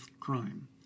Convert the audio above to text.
crime